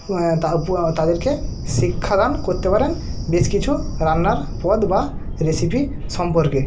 তাদেরকে শিক্ষাদান করতে পারেন বেশ কিছু রান্নার পদ বা রেসিপি সম্পর্কে